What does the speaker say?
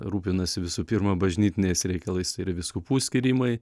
rūpinasi visų pirma bažnytiniais reikalais tai yra vyskupų skyrimai